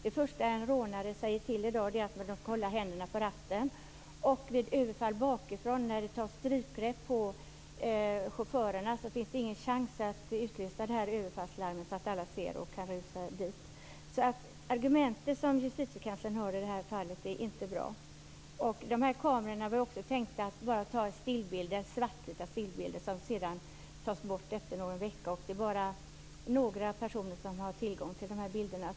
Det första en rånare säger i dag är att de ska hålla händerna på ratten. Vid överfall bakifrån, när det tas strypgrepp på chauffören, har man ingen chans att utlösa överfallslarmet så att alla ser och kan rusa dit. Justitiekanslerns argument är inte bra. Det var tänkt att de här kamerorna bara skulle ta svartvita stillbilder som skulle tas bort efter någon vecka. Det skulle bara vara några personer som har tillgång till bilderna.